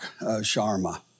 Sharma